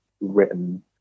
written